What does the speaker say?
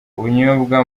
ubunyobwa